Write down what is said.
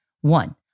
one